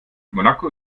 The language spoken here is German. monaco